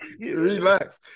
Relax